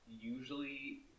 usually